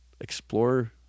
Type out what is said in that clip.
explore